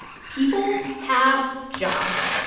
people have jobs.